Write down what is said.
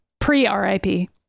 pre-R.I.P